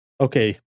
okay